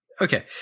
okay